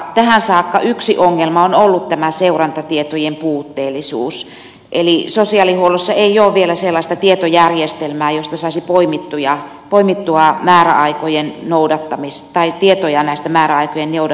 tähän saakka yksi ongelma on ollut seurantatietojen puutteellisuus eli sosiaalihuollossa ei ole vielä sellaista tietojärjestelmää josta saisi poimittua tietoja näistä määräaikojen noudattamisista